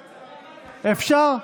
אפשר,